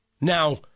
Now